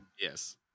Yes